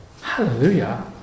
Hallelujah